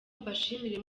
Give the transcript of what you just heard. mbashimire